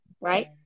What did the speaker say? right